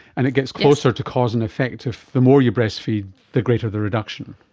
and it gets closer to cause and effect if the more you breastfeed, the greater the reduction.